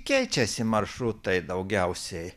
keičiasi maršrutai daugiausiai